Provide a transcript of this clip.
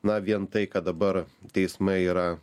na vien tai kad dabar teismai yra